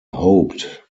hoped